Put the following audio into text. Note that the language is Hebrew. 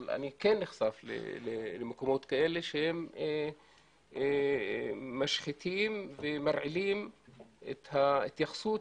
אבל אני כן נחשף למקומות כאלה שמשחיתים ומרעילים את ההתייחסות